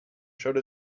showed